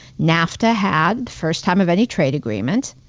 nafta had first time of any trade agreement,